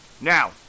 Now